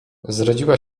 zrodziła